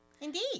Indeed